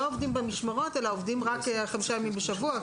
עובדים במשמרות אלא רק חמישה ימים בשבוע.